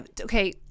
okay